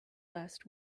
last